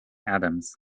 addams